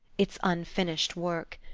its unfinished work.